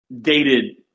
dated